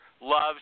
loves